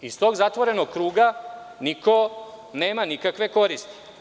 Iz tog zatvorenog kruga niko nema nikakve koristi.